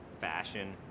fashion